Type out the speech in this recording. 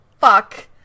fuck